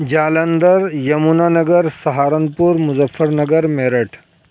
Jalandhar Yamuna Nagar Saharanpur Muzaffar Nagar Meerut